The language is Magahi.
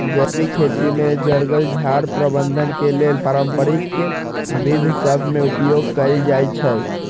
जैविक खेती में जङगल झार प्रबंधन के लेल पारंपरिक विद्ध सभ में उपयोग कएल जाइ छइ